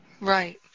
Right